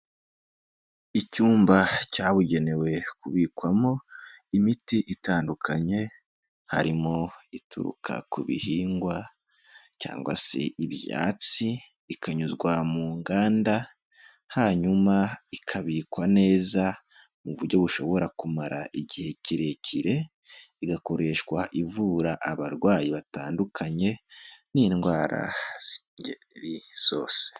Icyumba cyabugenewe kubikwamo imiti itandukanye, harimo ituruka ku bihingwa cyangwa se ibyatsi ikanyuzwa mu nganda, hanyuma ikabikwa neza mu buryo bushobora kumara igihe kirekire, igakoreshwa ivura abarwayi batandukanye n'indwara z'ingeri zose.